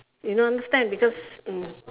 you don't understand because mm